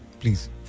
Please